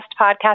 Podcast